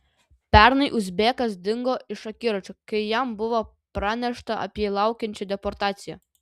pernai uzbekas dingo iš akiračio kai jam buvo pranešta apie laukiančią deportaciją